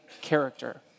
character